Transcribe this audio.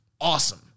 awesome